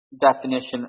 Definition